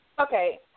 Okay